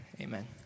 amen